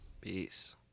Peace